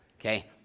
okay